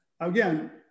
again